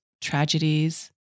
tragedies